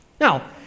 Now